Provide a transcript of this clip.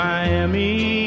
Miami